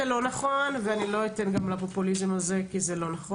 זה לא נכון ואני גם לא אתן לפופוליזם הזה כי זה לא נכון.